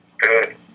Good